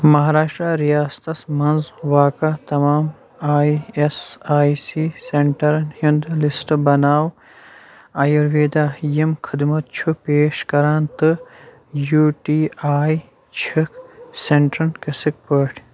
مہاراشٹرٛا رِیاستس مَنٛز واقعہٕ تمام آی ایس آٮٔۍ سی سینٹرَن ہُنٛد لِسٹ بناو آیورویدا یِم خدمت چھُ پیش کران تہٕ یوٗ ٹی آی چھِکھ سینٹرسٕکۍ پٲٹھۍ